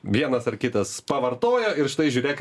vienas ar kitas pavartojo ir štai žiūrėk